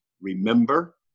remember